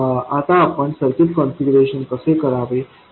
आता आपण circuit configure कसे करावे जेणेकरून हे आपोआप होईल